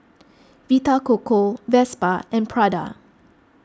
Vita Coco Vespa and Prada